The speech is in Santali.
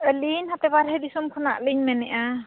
ᱟᱹᱞᱤᱧ ᱦᱟᱱᱛᱮ ᱵᱟᱨᱦᱮ ᱫᱤᱥᱚᱢ ᱠᱷᱚᱱᱟᱜ ᱞᱤᱧ ᱢᱮᱱᱮᱜᱼᱟ